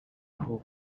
who